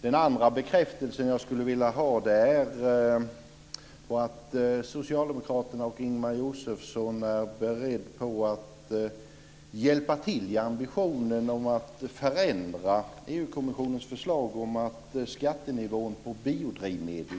För det andra skulle jag vilja ha en bekräftelse på att Socialdemokraterna och Ingemar Josefsson är beredda att hjälpa till i ambitionen att förändra EU kommissionens förslag att skattenivån på biodrivmedel